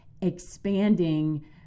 expanding